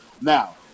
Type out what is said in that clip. Now